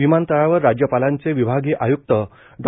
विमानतळावर राज्यपालांचे विभागीय आयुक्त डॉ